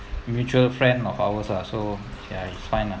mutual friend of ours lah so ya it's fine lah